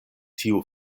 tiu